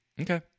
okay